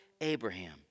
Abraham